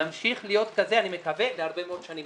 נמשיך להיות כזה, אני מקווה, להרבה מאוד שנים.